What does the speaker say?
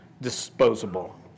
disposable